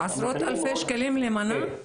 עשרות אלפי שקלים למנה?